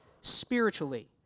spiritually